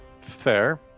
Fair